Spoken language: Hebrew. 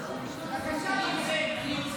הכנסת ואליד